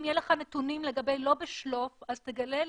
אם יהיו לך נתונים לגבי לא בשלוף, אז תגלה לי.